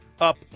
up